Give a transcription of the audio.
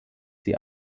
sie